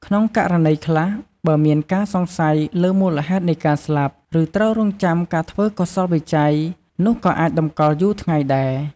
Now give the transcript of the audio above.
ក្នុងករណីខ្លះ បើមានការសង្ស័យលើមូលហេតុនៃការស្លាប់ ឬត្រូវរង់ចាំការធ្វើកោសល្យវិច័យ នោះក៏អាចតម្កល់យូរថ្ងៃដែរ។